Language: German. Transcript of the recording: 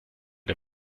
der